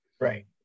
Right